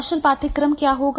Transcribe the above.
कौशल पाठ्यक्रम क्या होगा